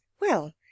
Well